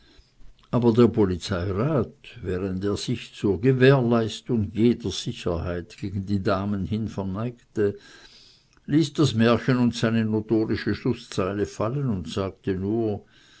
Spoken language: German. aber der polizeirat während er sich wie zur gewährleistung jeder sicherheit gegen die damen hin verneigte ließ das märchen und seine notorische schlußzeile fallen und sagte nur